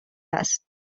است